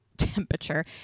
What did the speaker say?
temperature